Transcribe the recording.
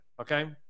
okay